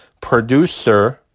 producer